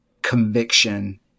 conviction